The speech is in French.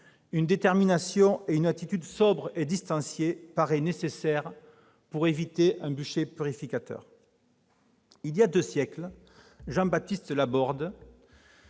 une détermination et une attitude sobre et distanciée paraissent nécessaires pour éviter un bûcher purificateur. C'est sûr ! Voilà deux siècles, Jean-Baptiste Laborde